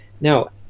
Now